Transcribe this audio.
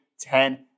Ten